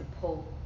pull